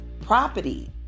property